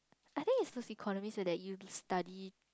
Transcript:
I think is so that you be study